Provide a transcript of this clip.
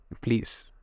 please